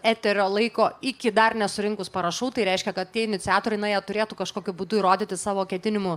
eterio laiko iki dar nesurinkus parašų tai reiškia kad tie iniciatoriai na jie turėtų kažkokiu būdu įrodyti savo ketinimų